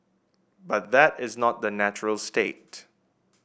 but that is not the natural state